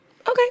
okay